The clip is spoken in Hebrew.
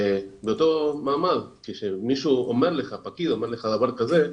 באותו מאמר, כשפקיד אומר לך דבר כזה,